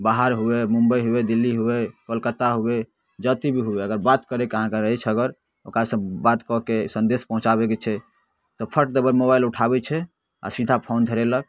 बाहर हुअए मुम्बइ हुअए दिल्ली हुअए कलकत्ता हुअए जतऽ भी हुअए अगर बात करैके अहाँके रहै छै अगर ओकरासँ बात कऽ कऽ सन्देश पहुँचाबैके छै तऽ फट दबर मोबाइल उठाबै छै आओर सीधा फोन धरेलक